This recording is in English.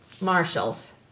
Marshall's